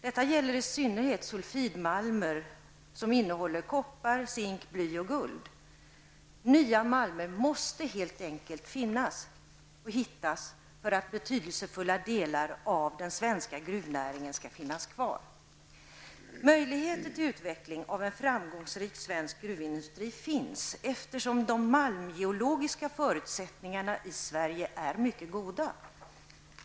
Detta gäller i synnerhet sulfidmalmer som innehåller koppar, zink, bly och guld. Nya malmer måste helt enkelt hittas, om betydelsefulla delar av den svenska gruvnäringen skall finnas kvar. Möjligheter till utveckling av en framgångsrik svensk gruvindustri finns, eftersom de malmgeologiska förutsättningarna i Sverige är mycket goda.